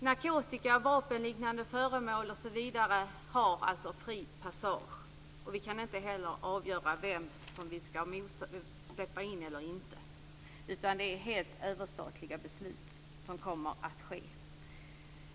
Narkotika och vapenliknande föremål osv. får alltså fri passage. Vi kan inte heller avgöra vem vi skall släppa in och inte, utan det är helt överstatliga beslut som kommer att fattas.